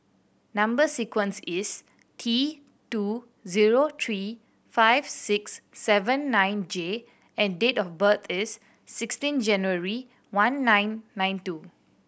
number sequence is T two zero three five six seven nine J and date of birth is sixteen January one nine nine two